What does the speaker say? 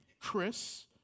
Chris